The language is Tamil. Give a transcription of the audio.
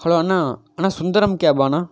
ஹலோ அண்ணா அண்ணா சுந்தரம் கேபாண்ணா